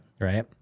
Right